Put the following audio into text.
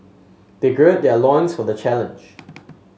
they gird their loins for the challenge